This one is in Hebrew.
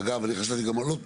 אגב, חשבתי גם על עוד פתרון,